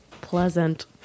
Pleasant